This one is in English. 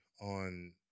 on